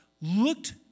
looked